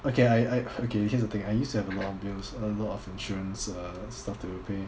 okay I I okay here's the thing I used to have a lot of bills a lot of insurance uh stuff to pay